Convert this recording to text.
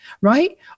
right